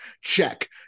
check